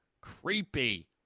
creepy